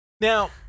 Now